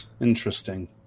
Interesting